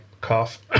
cough